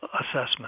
assessment